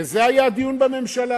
וזה היה הדיון בממשלה,